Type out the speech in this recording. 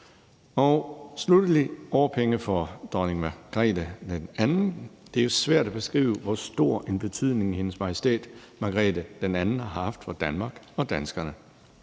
handle om årpenge for dronning Margrethe II. Det er jo svært at beskrive, hvor stor en betydning Hendes Majestæt Dronning Margrethe II har haft for Danmark og danskerne.